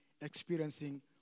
experiencing